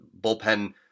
bullpen